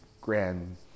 grand